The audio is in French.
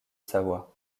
savoie